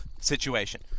situation